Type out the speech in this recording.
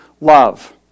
love